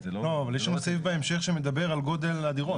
יש שם סעיף בהמשך שמדבר על גודל הדירות.